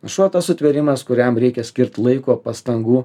šuo tas sutvėrimas kuriam reikia skirt laiko pastangų